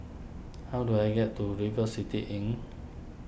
how do I get to River City Inn